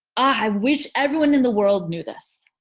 i wish everyone in the world knew this.